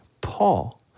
Paul